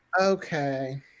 Okay